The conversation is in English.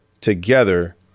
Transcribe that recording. together